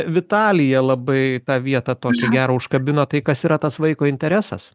vitalija labai tą vietą tokią gerą užkabino tai kas yra tas vaiko interesas